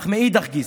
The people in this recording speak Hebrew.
אך מאידך גיסא,